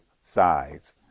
sides